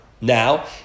Now